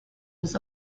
was